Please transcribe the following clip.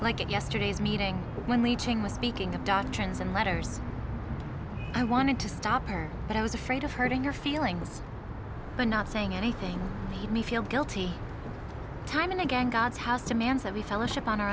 like yesterday's meeting when leaching was speaking of doctrines and letters i wanted to stop her but i was afraid of hurting her feelings but not saying anything made me feel guilty time and again god's house demands that we fellowship on